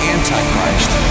Antichrist